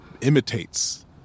imitates